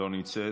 לא נמצאת,